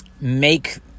make